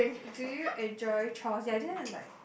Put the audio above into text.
do you enjoy chores ya I didn't like